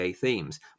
themes